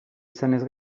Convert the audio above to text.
izanez